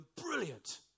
brilliant